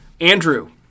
Andrew